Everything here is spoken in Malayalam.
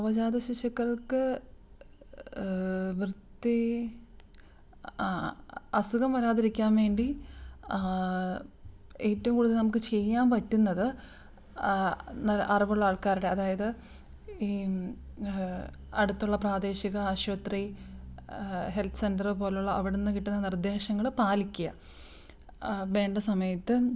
നവജാത ശിശുക്കൾക്ക് വൃത്തി ആ അസുഖം വരാതിരിക്കാൻ വേണ്ടി ഏറ്റവും കൂടുതൽ നമുക്ക് ചെയ്യാൻ പറ്റുന്നത് അറിവുള്ള ആൾക്കാരുടെ അതായത് ഈ അടുത്തുള്ള പ്രാദേശിക ആശുപത്രി ഹെൽത്ത് സെൻറ്ററ് പോലെ ഉള്ള അവിടുന്ന് കിട്ടുന്ന നിർദ്ദേശങ്ങൾ പാലിക്കുക വേണ്ട സമയത്ത്